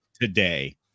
today